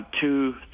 two